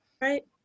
right